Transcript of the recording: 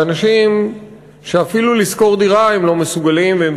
באנשים שאפילו לשכור דירה הם לא מסוגלים והם